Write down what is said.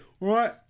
right